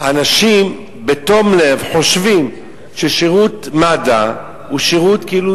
אנשים בתום לב חושבים ששירות מד"א הוא שירות כאילו